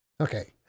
Okay